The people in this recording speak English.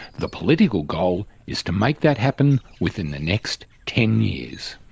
the political goal is to make that happen within the next ten years.